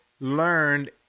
learned